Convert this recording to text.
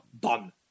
done